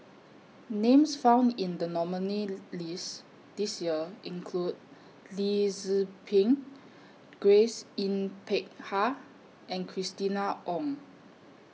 Names found in The nominees' list This Year include Lee Tzu Pheng Grace Yin Peck Ha and Christina Ong